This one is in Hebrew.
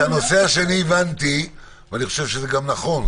את הנושא השני הבנתי ואני חושב שזה גם נכון.